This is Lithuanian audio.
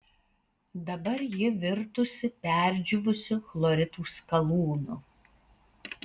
dabar ji virtusi perdžiūvusiu chloritų skalūnu